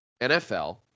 NFL